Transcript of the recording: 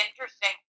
interesting